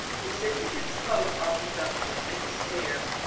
the sins against hope are presumption and despair.